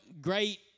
great